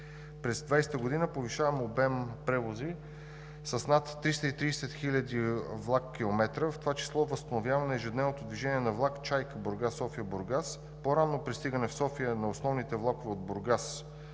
През 2020 г. повишаваме обема превози с над 330 хил. влак/км в това число възстановяване ежедневното движение на влак „Чайка“, Бургас – София – Бургас, по-ранно пристигане в София на основните влакове от Бургас – с